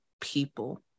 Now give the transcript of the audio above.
people